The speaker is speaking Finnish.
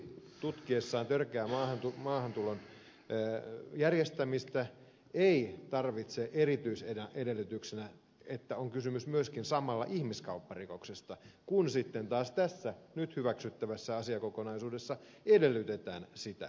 tutkiessaan törkeää maahantulon järjestämistä poliisi ei tarvitse erityisedellytyksenä sitä että samalla on myöskin kysymys ihmiskaupparikoksesta kun sitten taas tässä nyt hyväksyttävässä asiakokonaisuudessa edellytetään sitä